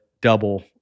double